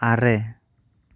ᱟᱨᱮ